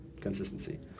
consistency